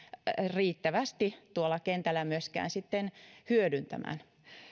riittävästi tuolla kentällä myöskään sitten hyödyntämään